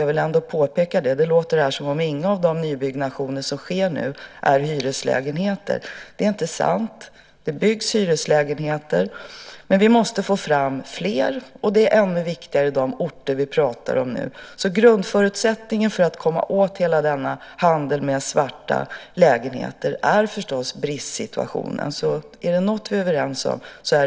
Jag vill påpeka det, för det låter här som om ingen av de nybyggnationer som nu sker är hyreslägenheter. Det är inte sant. Det byggs hyreslägenheter. Men vi måste få fram fler, och det är ännu viktigare i de orter som vi nu pratar om. Grundförutsättningen för hela denna handel med svarta lägenheter är förstås bristsituationen. Är det något vi är överens om är det detta.